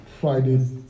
Friday